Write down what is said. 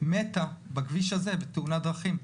מתה בכביש הזה בתאונת דרכים.